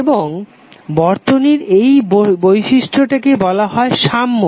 এবং বর্তনীর এই বিশিষ্টটিকে বলা হয় সাম্য